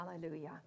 Hallelujah